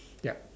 ya